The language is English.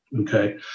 okay